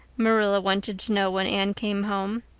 marilla wanted to know when anne came home.